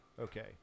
Okay